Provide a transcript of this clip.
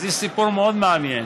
אז יש סיפור מאוד מעניין.